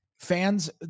fans